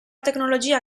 tecnologia